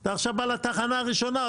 אתה עכשיו בא לתחנה הראשונה,